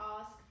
ask